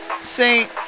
Saint